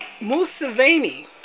Museveni